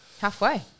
Halfway